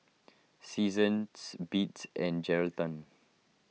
Seasons Beats and Geraldton